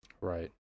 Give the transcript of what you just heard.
right